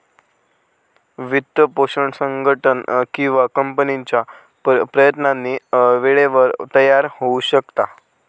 वित्तपोषण संघटन किंवा कंपनीच्या प्रयत्नांनी वेळेवर तयार होऊ शकता